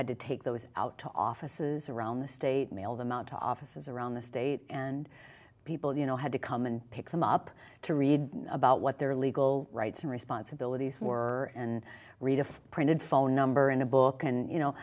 had to take those out to offices around the state mail them out to offices around the state and people you know had to come and pick them up to read about what their legal rights and responsibilities were and read a printed phone number in a book and you know